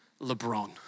LeBron